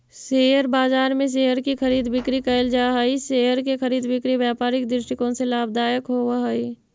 share बाजार में share की खरीद बिक्री कैल जा हइ शेयर के खरीद बिक्री व्यापारिक दृष्टिकोण से लाभदायक होवऽ हइ